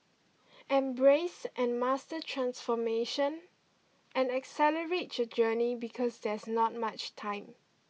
embrace and master transformation and accelerate your journey because there's not much time